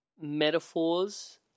metaphors